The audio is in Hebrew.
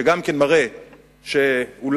שגם מראה שאולי,